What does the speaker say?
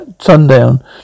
sundown